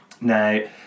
Now